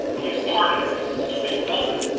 at least part of it, because it's such a big development.